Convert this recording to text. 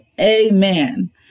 Amen